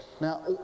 Now